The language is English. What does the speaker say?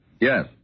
Yes